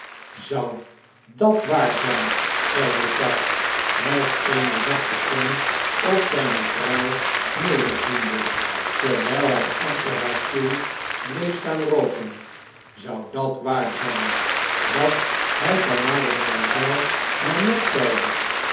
zou dat waar zn'n zei defarge met eene zachte stem op zn'ne vrouw nederziende terwijl hh achter haar stoel bleef staan rooken zou dat waar zn'n wat mj van mademoiselle manette zeide